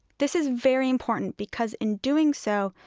this is very important because in doing so,